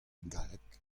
galleg